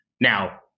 Now